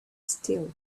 still